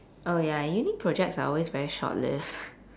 oh ya uni projects are always very shortlived